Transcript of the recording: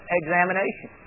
examination